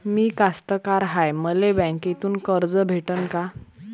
मी कास्तकार हाय, मले बँकेतून कर्ज भेटन का?